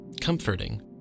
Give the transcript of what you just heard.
comforting